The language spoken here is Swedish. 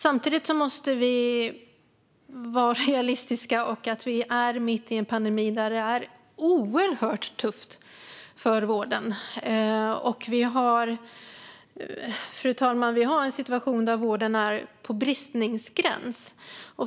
Samtidigt måste vi vara realistiska. Vi är mitt i en pandemi där det är oerhört tufft för vården. Vi har, fru talman, en situation där vården är på bristningsgränsen.